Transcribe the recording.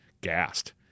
gassed